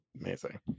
Amazing